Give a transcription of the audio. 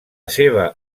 seva